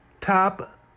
Top